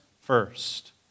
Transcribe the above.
first